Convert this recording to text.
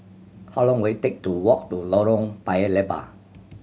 how long will it take to walk to Lorong Paya Lebar